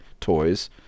toys